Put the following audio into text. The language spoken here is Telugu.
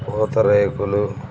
పూతరేకులు